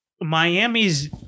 Miami's